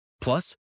Plus